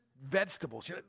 vegetables